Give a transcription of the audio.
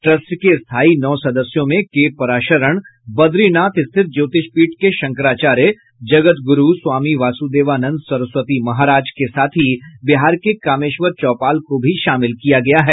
trust के स्थायी नौ सदस्यों में के पराशरण बद्रीनाथ स्थित ज्योतिष पीठ के शंकराचार्य जगतगुरू स्वामी वासुदेवानंद सरस्वती महाराज के साथ बिहार के कामेश्वर चौपाल को भी शामिल किया गया हैं